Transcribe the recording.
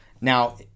Now